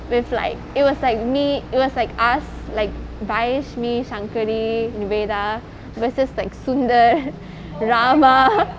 with like it was like me it was like us like biash me shankari niveda versus like sundar rava